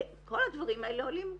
כל הדברים האלה עולים כסף.